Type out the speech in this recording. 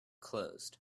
closed